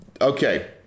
Okay